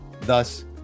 Thus